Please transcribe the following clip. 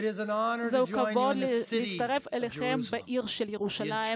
זהו כבוד להצטרף אליכם בעיר ירושלים,